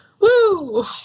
woo